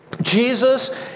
Jesus